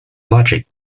logic